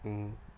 mmhmm